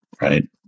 right